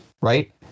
right